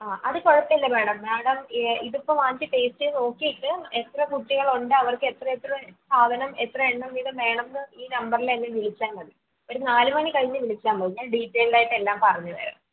ആ അത് കുഴപ്പമില്ല മേടം മേടം ഇതിപ്പോൾ വാങ്ങിച്ച് ടേസ്റ്റ് ചെയ്ത് നോക്കിയിട്ട് എത്ര കുട്ടികളുണ്ട് അവർക്ക് എത്രയെത്ര സാധനം എത്ര എണ്ണം വീതം വേണം എന്ന് ഈ നമ്പറിൽ എന്നെ വിളിച്ചാൽ മതി ഒരു നാല് മണി കഴിഞ്ഞ് വിളിച്ചാൽ മതി ഞാൻ ഡീറ്റെയിൽഡായിട്ട് എല്ലാം പറഞ്ഞു തരാം